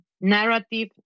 narrative